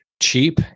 cheap